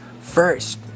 first